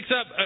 up